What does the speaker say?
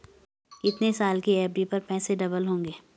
कितने साल की एफ.डी पर पैसे डबल होंगे?